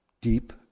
deep